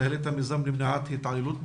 מנהלת המיזם למניעת התעללות בילדים.